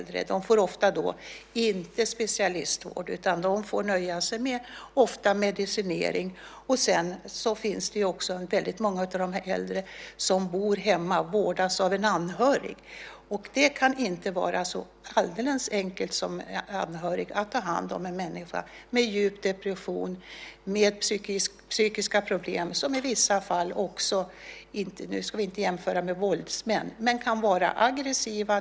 De får ofta inte specialistvård utan de får nöja sig med medicinering. Många av de äldre bor hemma och vårdas av en anhörig. Det kan inte vara alldeles enkelt som anhörig att ta hand om en människa med djup depression, med psykiska problem, som i vissa fall - vi ska inte jämföra med våldsmän - kan vara aggressiva.